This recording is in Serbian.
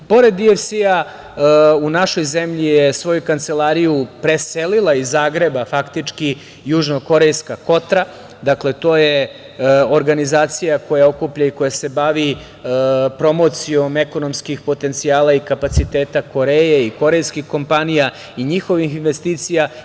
Pored DFC-ja, u našu zemlju je svoju kancelariju preselila iz Zagreba faktički južnokorejska „Kotra“, dakle, to je organizacija koja okuplja i koja se bavi promocijom ekonomskih potencijala i kapaciteta Koreje i korejskih kompanija i njihovih investicija.